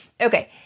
Okay